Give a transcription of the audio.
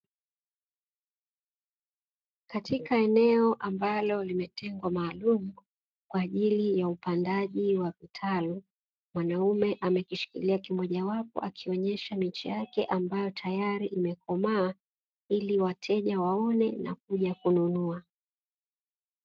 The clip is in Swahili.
Katika eneo ambalo limetengwa maalumu kwa ajili ya upandaji wa vitalu, mwanaume amekishikilia kimoja wapo akionyesha miche yake ambayo tayari imekomaa, ili wateja waone na kuja kununua.